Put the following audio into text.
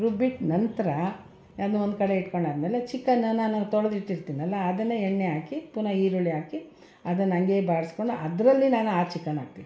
ರುಬ್ಬಿಟ್ಟ ನಂತರ ನಾನು ಒಂದು ಕಡೆ ಇಟ್ಕೊಂಡಾದ್ಮೇಲೆ ಚಿಕನನ್ನು ನಾನು ತೊಳ್ದು ಇಟ್ಟಿರ್ತೀನಲ್ಲ ಅದನ್ನು ಎಣ್ಣೆ ಹಾಕಿ ಪುನಃ ಈರುಳ್ಳಿ ಹಾಕಿ ಅದನ್ನ ಹಂಗೆ ಬಾಡ್ಸ್ಕೊಂಡು ಅದರಲ್ಲಿ ನಾನು ಆ ಚಿಕನ್ ಹಾಕ್ತೀನಿ